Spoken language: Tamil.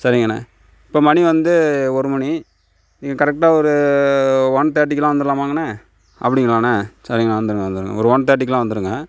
சரிங்கண்ணா இப்போ மணி வந்து ஒரு மணி நீங்கள் கரெக்டாக ஒரு ஒன் தேர்ட்டிக்கெலாம் வந்துடலாமாங்கண்ணா அப்டிங்களாணா சரிங்கணா வந்துடுங்க வந்துடுங்க ஒரு ஒன் தேர்ட்டிக்கெலாம் வந்துடுங்க